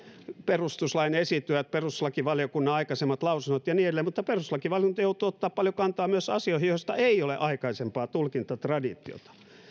perustuslain esityöt perustuslakivaliokunnan aikaisemmat lausunnot ja niin edelleen mutta perustuslakivaliokunta joutuu ottamaan paljon kantaa myös asioihin joista ei ole aikaisempaa tulkintatraditiota